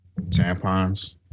Tampons